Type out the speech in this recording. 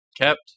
kept